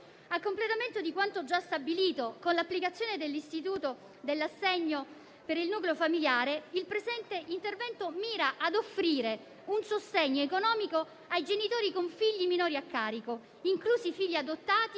A completamento di quanto già stabilito con l'applicazione dell'istituto dell'assegno per il nucleo familiare, il presente intervento mira a offrire un sostegno economico ai genitori con figli minori a carico, inclusi quelli adottati